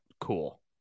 cool